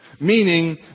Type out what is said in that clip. Meaning